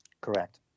Correct